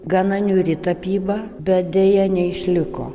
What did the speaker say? gana niūri tapyba bet deja neišliko